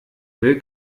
will